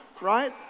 Right